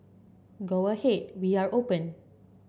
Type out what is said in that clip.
go ahead we are open